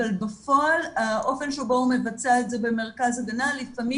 אבל בפועל האופן שבו הוא מבצע את זה במרכז ההגנה לפעמים